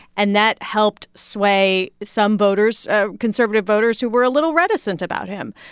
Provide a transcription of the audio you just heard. and that helped sway some voters ah conservative voters who were a little reticent about him.